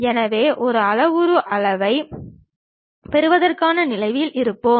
எனவே ஒரு அளவுரு வளைவைப் பெறுவதற்கான நிலையில் இருப்போம்